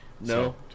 No